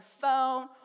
phone